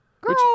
Girl